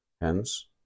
hence